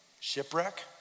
Shipwreck